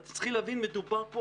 אתם צריכים להבין, מדובר פה